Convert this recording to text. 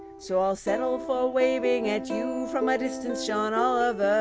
so i'll settle for waving at you from a distance. john oliver,